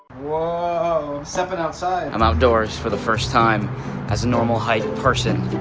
ah stepping outside. i'm outdoors for the first time as a normal height person.